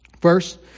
First